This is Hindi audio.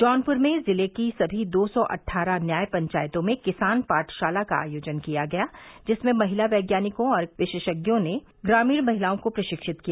जौनपुर में जिले की सभी दो सौ अट्ठारह न्याय पंचायतों में किसान पाठशाला का आयोजन किया गया जिसमें महिला वैज्ञानिकों और विशेषज्ञों ने ग्रामीण महिलाओं को प्रशिक्षित किया